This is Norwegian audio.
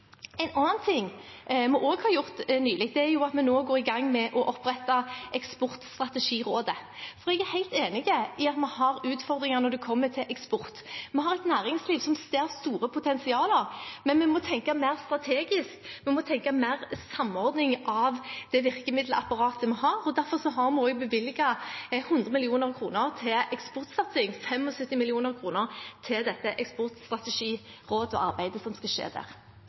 vi også har gjort nylig, er at vi nå går i gang med å opprette et eksportstrategiråd. Jeg er helt enig i at vi har utfordringer når det gjelder eksport. Vi har et næringsliv som ser store potensialer, men vi må tenke mer strategisk, vi må tenke mer samordning av det virkemiddelapparatet vi har. Derfor har vi også bevilget 100 mill. kr til eksportsatsing, 75 mill. kr til eksportstrategirådet og arbeidet som skal skje der.